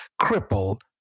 crippled